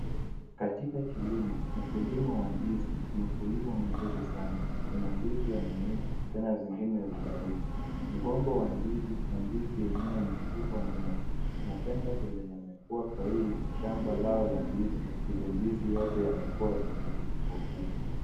Katika kilimo, ukulima wa ndizi ni ukulima mzuri sana. Kuna ndizi yameiva tena zingine hazijaiva. Mgomba wa ndizi na ndizi yenyewe ni kubwa mno. Napenda vile yamekua kwa hii shamba lao la ndizi, vile ndizi yote yamekua ndizi kubwa kubwa.